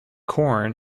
korn